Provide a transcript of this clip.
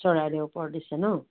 চৰাইদেউ ওপৰত দিছে ন